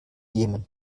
jemen